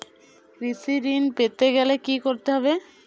কৃষি ঋণ পেতে গেলে কি করতে হবে?